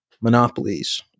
monopolies